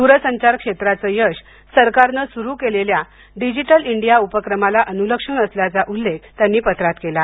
दूरसंचार क्षेत्रांचं यश सरकारन सुरु केलेल्या डिजिटल इंडिया उपक्रमाला अनुलक्षून असल्याचा उल्लेख त्यांनी पत्रात केला आहे